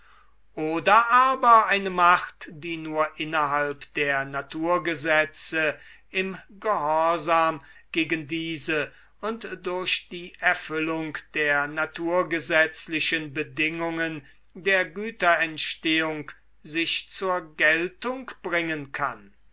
oder aber eine macht die nur innerhalb der naturgesetze im gehorsam gegen diese und durch die erfüllung der naturgesetzlichen bedingungen der güterentstehung sich zur geltung bringen kann